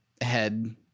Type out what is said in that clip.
head